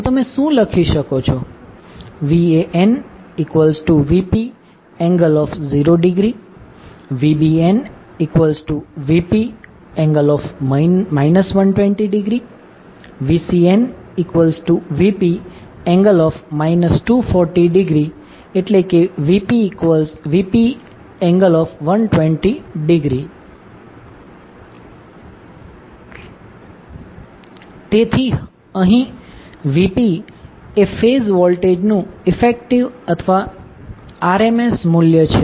તો તમે શું લખી શકો છો VanVp∠0° VbnVp∠ 120° VcnVp∠ 240°Vp∠120° તેથી અહીં Vp એ ફેઝ વોલ્ટેજનું ઇફેક્ટિવ અથવા RMS મૂલ્ય છે